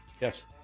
Yes